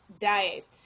diet